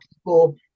people